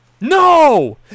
No